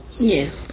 yes